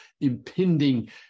impending